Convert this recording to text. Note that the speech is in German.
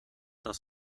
das